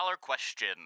question